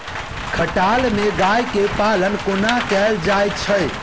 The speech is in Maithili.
खटाल मे गाय केँ पालन कोना कैल जाय छै?